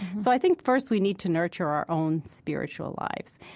so i think first we need to nurture our own spiritual lives.